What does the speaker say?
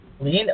Lean